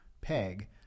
peg